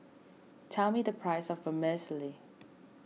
tell me the price of Vermicelli